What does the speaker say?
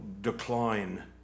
decline